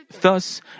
Thus